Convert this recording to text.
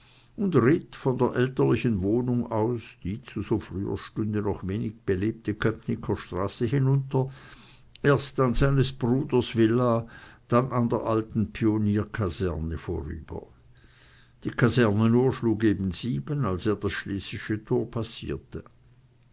und ritt von der elterlichen wohnung aus die zu so früher stunde noch wenig belebte köpnicker straße hinunter erst an seines bruders villa dann an der alten pionierkaserne vorüber die kasernenuhr schlug eben sieben als er das schlesische tor passierte